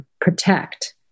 protect